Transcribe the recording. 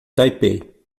taipei